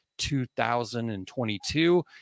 2022